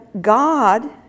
God